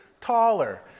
taller